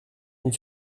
une